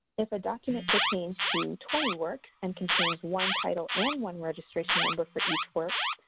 if a document pertains to twenty works and contains one title and one registration number for each work,